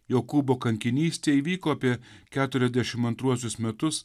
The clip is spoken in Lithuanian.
jokūbo kankinystė įvyko apie keturiasdešim antruosius metus